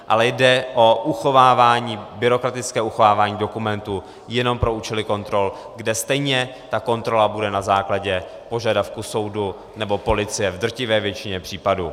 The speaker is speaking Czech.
Ale jde o uchovávání, byrokratické uchovávání dokumentů jenom pro účely kontrol, kde stejně ta kontrola bude na základě požadavku soudu nebo policie v drtivé většině případů.